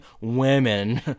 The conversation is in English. women